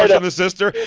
on his sister.